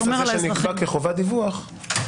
הסעיף הזה שנקבע כחובת דיווח,